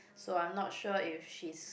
so I'm not sure if she's